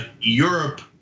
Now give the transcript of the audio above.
Europe